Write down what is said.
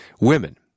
Women